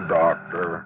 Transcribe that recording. doctor